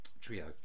trio